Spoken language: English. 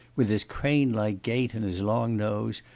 with his crane-like gait and his long nose,